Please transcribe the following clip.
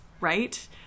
right